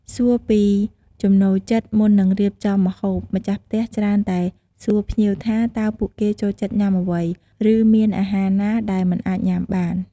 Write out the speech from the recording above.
សួរពីចំណូលចិត្តមុននឹងរៀបចំម្ហូប ម្ចាស់ផ្ទះច្រើនតែសួរភ្ញៀវថាតើពួកគេចូលចិត្តញ៉ាំអ្វី ឬមានអាហារណាដែលមិនអាចញ៉ាំបាន។